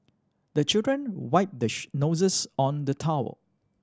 the children wipe the noses on the towel